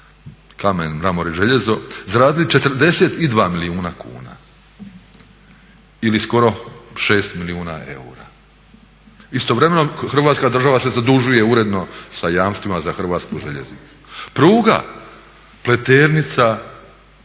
kamen, mramor i željezo zaradili 42 milijuna kuna ili skoro 6 milijuna eura. Istovremeno Hrvatska država se zadužuje uredno sa jamstvima za Hrvatsku željeznicu. Pruga Pleternica